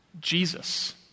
Jesus